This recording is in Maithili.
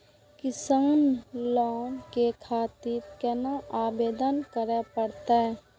किसान लोन के खातिर केना आवेदन करें परतें?